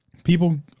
People